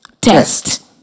Test